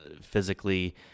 physically